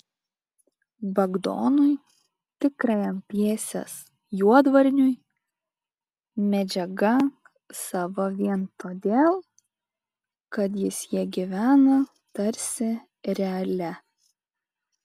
bagdonui tikrajam pjesės juodvarniui medžiaga sava vien todėl kad jis ja gyvena tarsi realia